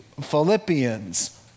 Philippians